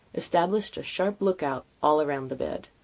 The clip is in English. established a sharp look-out all round the bed.